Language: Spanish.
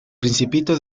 principito